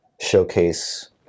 showcase